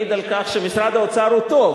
מעיד על כך שמשרד האוצר הוא טוב,